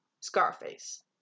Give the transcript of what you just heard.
Scarface